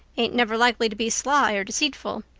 ain't never likely to be sly or deceitful.